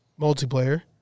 multiplayer